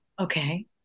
Okay